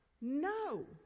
No